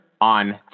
on